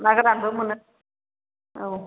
ना गोरानबो मोनो औ